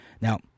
now